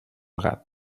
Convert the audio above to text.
gat